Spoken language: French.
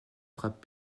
frappe